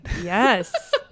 Yes